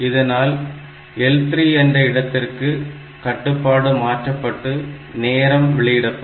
இதனால் L3 என்ற இடத்திற்கு கட்டுப்பாடு மாற்றப்பட்டு நேரம் வெளியிடப்படும்